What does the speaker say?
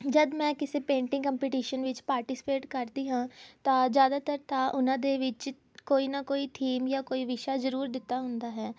ਜਦ ਮੈਂ ਕਿਸੇ ਪੇਂਟਿੰਗ ਕੰਪੀਟੀਸ਼ਨ ਵਿੱਚ ਪਾਰਟੀਸਪੇਟ ਕਰਦੀ ਹਾਂ ਤਾਂ ਜ਼ਿਆਦਾਤਰ ਤਾਂ ਉਹਨਾਂ ਦੇ ਵਿੱਚ ਕੋਈ ਨਾ ਕੋਈ ਥੀਮ ਜਾਂ ਕੋਈ ਵਿਸ਼ਾ ਜ਼ਰੂਰ ਦਿੱਤਾ ਹੁੰਦਾ ਹੈ